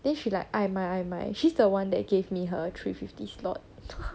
then she like ai mai ai mai she's the one that gave me her three fifty slot